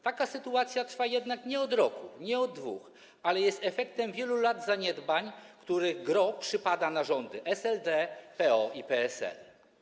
Taka sytuacja trwa jednak nie od roku, nie od 2 lat, ale jest efektem wielu lat zaniedbań, których gros przypada na rządy SLD, PO i PSL.